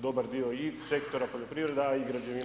dobar dio i sektora poljoprivrede, a i građevine.